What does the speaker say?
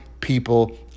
people